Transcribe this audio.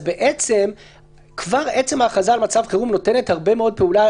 כבר עצם ההכרזה על מצב חירום נותנת הרבה מאוד פעולה,